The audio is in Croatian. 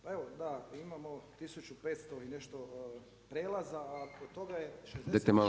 Pa evo da, imamo 1500 i nešto prijelaza, a od toga je